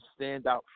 standout